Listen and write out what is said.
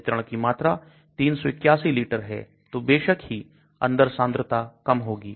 वितरण की मात्रा 381 लीटर है तो बेशक ही अंदर सांद्रता कम होगी